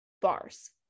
bars